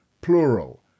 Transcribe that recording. plural